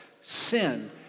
sin